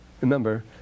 remember